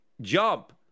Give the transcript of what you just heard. jump